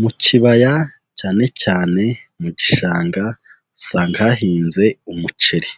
Mu kibaya cyane cyane mu gishanga usanga hahinze umuceri.